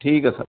ਠੀਕ ਹੈ ਸਰ